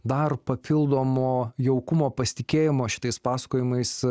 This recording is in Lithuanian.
dar papildomo jaukumo pasitikėjimo šitais pasakojimais